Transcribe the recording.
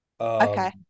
okay